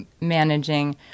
managing